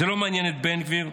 זה לא מעניין את בן גביר,